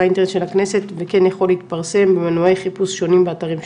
האינטרנט של הכנסת וכן יכול להתפרסם במנועי חיפוש שונים באתרים שונים.